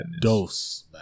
dose